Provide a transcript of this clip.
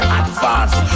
advance